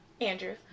Andrew